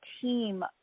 team